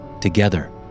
Together